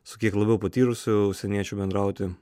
su kiek labiau patyrusiu užsieniečiu bendrauti